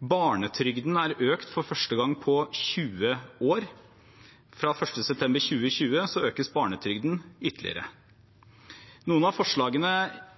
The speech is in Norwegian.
Barnetrygden er økt for første gang på 20 år. Fra 1. september 2020 økes barnetrygden ytterligere. Noen av forslagene